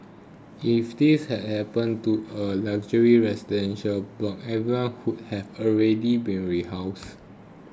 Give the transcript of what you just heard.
if this happened to a luxury residential block everyone would have already been rehoused